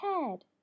head